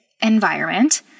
environment